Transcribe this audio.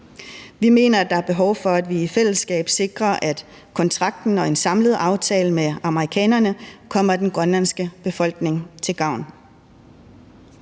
Vi mener, at der er behov for, at vi i fællesskab sikrer, at kontrakten og en samlet aftale med amerikanerne kommer den grønlandske befolkning til gavn.